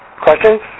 Questions